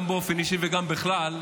גם באופן אישי וגם בכלל,